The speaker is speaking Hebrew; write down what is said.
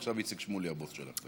עכשיו איציק שמולי הבוס שלך,